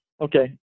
Okay